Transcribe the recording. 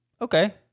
Okay